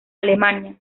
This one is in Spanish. alemania